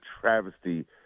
travesty